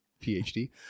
PhD